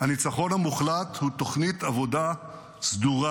הניצחון המוחלט הוא תוכנית עבודה סדורה